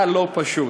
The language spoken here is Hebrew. היה לא פשוט.